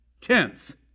tenth